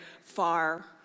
far